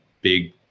big